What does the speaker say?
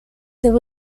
there